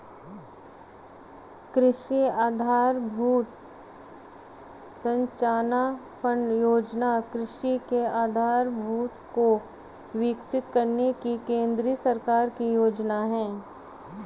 कृषि आधरभूत संरचना फण्ड योजना कृषि के आधारभूत को विकसित करने की केंद्र सरकार की योजना है